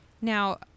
Now